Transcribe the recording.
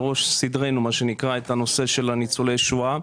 ראש סדר היום שלנו את נושא ניצולי השואה.